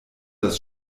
das